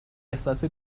احساس